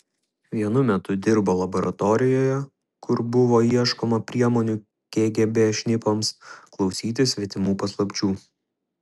vienu metu dirbo laboratorijoje kur buvo ieškoma priemonių kgb šnipams klausytis svetimų paslapčių